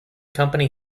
company